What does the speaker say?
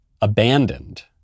abandoned